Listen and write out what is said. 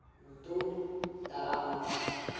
ᱫᱩᱜ ᱫᱟᱨᱟᱢᱚᱜ